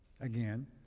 again